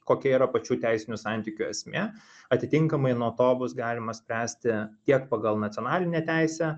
kokia yra pačių teisinių santykių esmė atitinkamai nuo to bus galima spręsti tiek pagal nacionalinę teisę